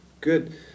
Good